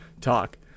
talk